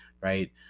right